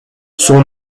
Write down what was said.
son